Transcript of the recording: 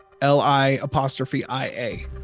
L-I-apostrophe-I-A